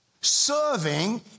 Serving